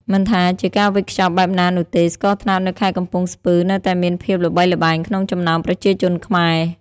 មិនថាជាការវេចខ្ចប់បែបណានោះទេ ស្ករត្នោតនៅខេត្តកំពង់ស្ពឺនៅតែមានភាពល្បីល្បាញក្នុងចំណោមប្រជាជនខ្មែរ។